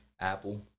apple